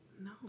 No